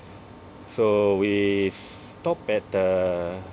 so we stop at the